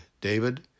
David